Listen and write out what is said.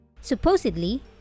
Supposedly